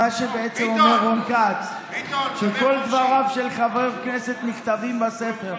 מה שבעצם אומר רון כץ זה שכל דבריו של חבר כנסת נכתבים בספר.